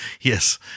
Yes